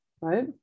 right